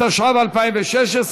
התשע"ו 2016,